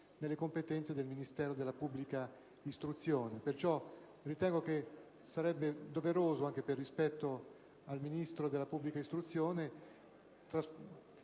nelle competenze del Ministero della pubblica istruzione. Ritengo quindi doveroso, anche per rispetto al Ministro della pubblica istruzione,